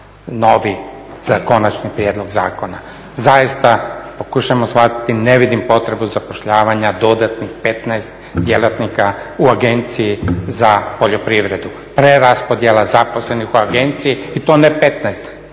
novi konačni prijedlog zakona. Zaista pokušajmo shvatiti ne vidim potrebu zapošljavanja dodatnih 15 djelatnika u Agenciji za poljoprivredu, preraspodjela zaposlenih u agenciji i to ne 15.